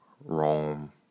Rome